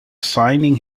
signing